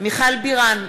מיכל בירן,